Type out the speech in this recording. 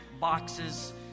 boxes